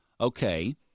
Okay